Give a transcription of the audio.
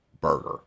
burger